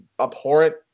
abhorrent